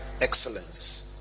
excellence